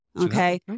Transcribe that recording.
okay